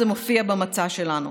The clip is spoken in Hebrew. זה מופיע במצע שלנו.